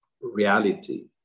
reality